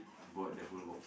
bought the whole box